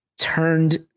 turned